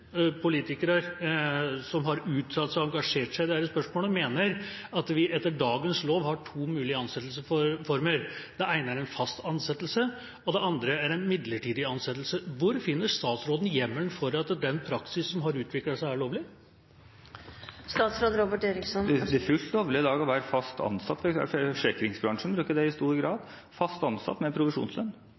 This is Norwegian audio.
politikere som har uttalt seg og engasjert seg i dette spørsmålet, mener at vi etter dagens lov har to mulige ansettelsesformer. Det ene er en fast ansettelse, og det andre er en midlertidig ansettelse. Hvor finner statsråden hjemmel for at den praksisen som har utviklet seg, er lovlig? Det er fullt lovlig i dag å være fast ansatt med provisjonslønn. Forsikringsbransjen bruker det i stor grad.